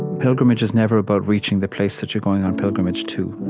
pilgrimage is never about reaching the place that you're going on pilgrimage to.